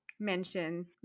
mention